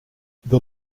the